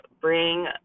bring